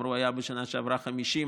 ואמרו שבשנה שעברה היו 50,000,